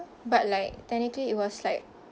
but like technically it was like